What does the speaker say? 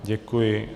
Děkuji.